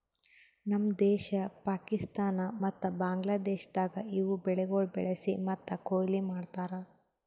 ನಮ್ ದೇಶ, ಪಾಕಿಸ್ತಾನ ಮತ್ತ ಬಾಂಗ್ಲಾದೇಶದಾಗ್ ಇವು ಬೆಳಿಗೊಳ್ ಬೆಳಿಸಿ ಮತ್ತ ಕೊಯ್ಲಿ ಮಾಡ್ತಾರ್